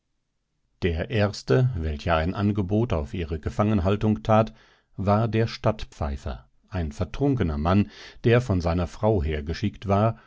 der erste welcher ein angebot auf ihre gefangenhaltung tat war der stadtpfeifer ein vertrunkener mann der von seiner frau hergeschickt war